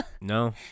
No